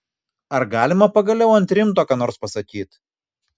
ar galima pagaliau ant rimto ką nors pasakyt